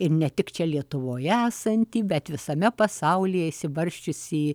ir ne tik čia lietuvoje esantį bet visame pasaulyje išsibarsčiusį